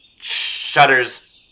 shudders